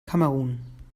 kamerun